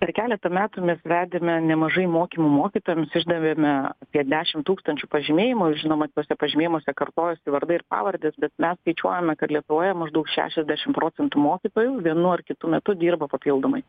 per keletą metų mes vedėme nemažai mokymų mokytojams išdavėme apie dešim tūkstančių pažymėjimųir žinomatuose pažymėjimuose kartojosi vardai ir pavardės bet mes skaičiuojame kad lietuvoje maždaug šešiasdešim procentų mokytojų vienu ar kitu metu dirba papildomai